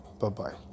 Bye-bye